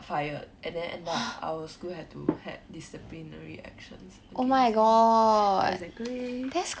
fired and then end up our school had to had disciplinary actions against exactly